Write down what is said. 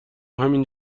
همین